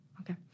okay